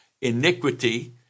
iniquity